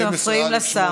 אתם מפריעים לשר.